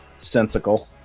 sensical